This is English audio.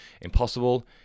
Impossible